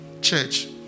church